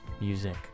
music